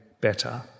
better